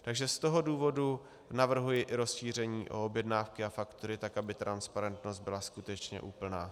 Takže z toho důvodu navrhuji i rozšíření o objednávky a faktury tak, aby transparentnost byla skutečně úplná.